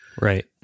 Right